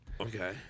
Okay